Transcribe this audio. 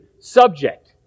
subject